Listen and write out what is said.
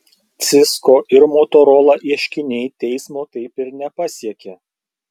cisco ir motorola ieškiniai teismo taip ir nepasiekė